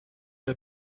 der